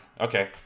Okay